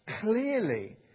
clearly